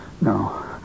No